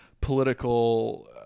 political